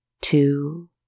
two